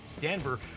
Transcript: Denver